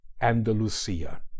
Andalusia